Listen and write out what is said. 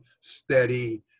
steady